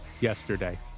yesterday